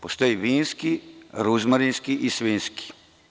Postoji vinski, ruzmarinski i svinjski.